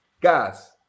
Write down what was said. guys